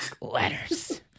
Letters